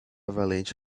valente